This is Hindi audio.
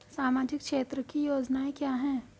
सामाजिक क्षेत्र की योजनाएं क्या हैं?